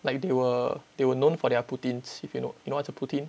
like they were they were known for their poutines if you know you know what's a poutine